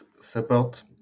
support